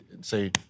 Say